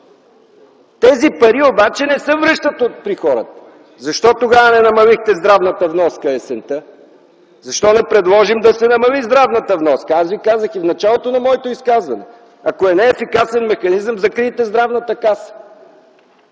Тези пари обаче не се връщат при хората. Защо тогава не намалихте здравната вноска есента? Защо не предложим да се намали здравната вноска? Аз Ви казах и в началото на моето изказване – ако е не ефикасен механизъм, закрийте Здравната каса.